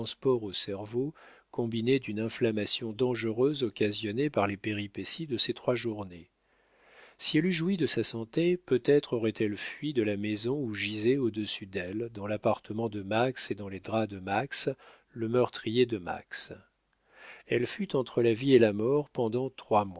au cerveau combiné d'une inflammation dangereuse occasionnée par les péripéties de ces trois journées si elle eût joui de sa santé peut-être aurait-elle fui de la maison où gisait au-dessus d'elle dans l'appartement de max et dans les draps de max le meurtrier de max elle fut entre la vie et la mort pendant trois